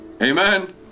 Amen